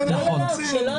לא, כשלא היית פה.